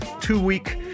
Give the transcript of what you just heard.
two-week